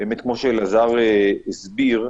כפי שאלעזר הסביר,